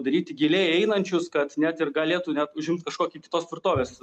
padaryti giliai einančius kad net ir galėtų net užimt kažkokį kitos tvirtovės